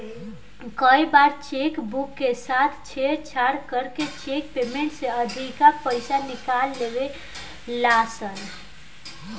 कई बार cheque book के साथे छेड़छाड़ करके चेक पेमेंट से अधिका पईसा निकाल लेवे ला सन